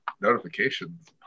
notifications